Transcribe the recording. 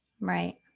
right